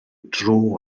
dro